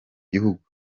gihugu